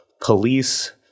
police